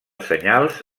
senyals